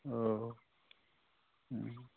औ